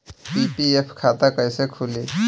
PPF खाता कैसे खुली?